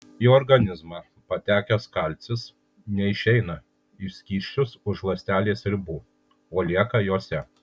į organizmą patekęs kalcis neišeina į skysčius už ląstelės ribų o lieka jose